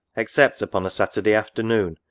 except upon a saturday afternoon,